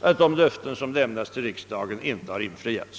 att de löften som lämnats till riksdagen inte har infriats.